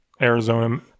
Arizona